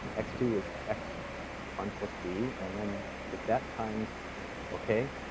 x two is x one plus b. and then take that times ok?